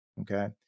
Okay